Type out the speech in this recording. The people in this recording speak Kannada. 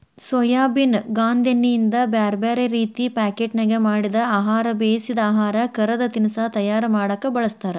ಸೋಯಾಬೇನ್ ಗಾಂದೇಣ್ಣಿಯಿಂದ ಬ್ಯಾರ್ಬ್ಯಾರೇ ರೇತಿ ಪಾಕೇಟ್ನ್ಯಾಗ ಮಾಡಿದ ಆಹಾರ, ಬೇಯಿಸಿದ ಆಹಾರ, ಕರದ ತಿನಸಾ ತಯಾರ ಮಾಡಕ್ ಬಳಸ್ತಾರ